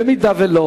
אם לא,